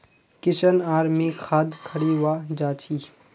किशन आर मी खाद खरीवा जा छी